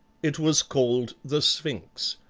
it was called the sphinx.